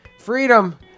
Freedom